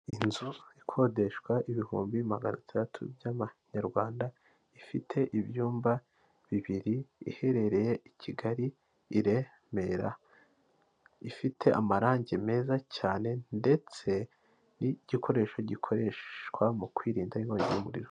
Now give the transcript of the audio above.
Inzu ikodeshwa ibihumbi maganataratu by'amanyarwanda ifite ibyumba bibiri iherereye i Kigali i Remera, ifite amarange meza cyane ndetse n'igikoresho gikoreshwa mu kwirinda ibura ry'umuriro.